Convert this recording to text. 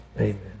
Amen